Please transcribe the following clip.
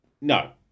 No